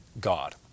God